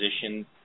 position